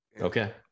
Okay